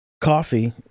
coffee